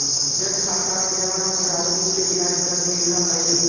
budget खाता में जमा धनराशि पर ब्याज दर भी मिलऽ हइ